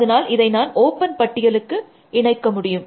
அதனால் இதை நான் ஓப்பன் பட்டியலுடன் இணைக்க முடியும்